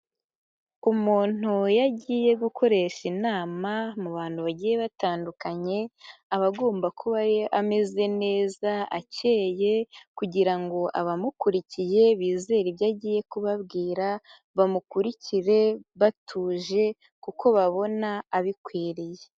Umuntu iyo agiye gukoresha inama mu bantu bagiye batandukanye, aba agomba kuba ameze neza akeye kugira ngo abamukurikiye bizere ibyo agiye kubabwira, bamukurikire batuje kuko babona abikwiriye.